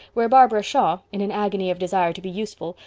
where barbara shaw, in an agony of desire to be useful,